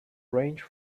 range